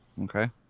Okay